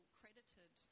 credited